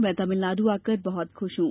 मैं तमिलनाडु आकर बहुत खुश हूं